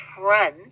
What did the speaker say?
run